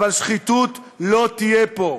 אבל שחיתות לא תהיה פה.